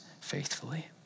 faithfully